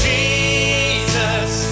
Jesus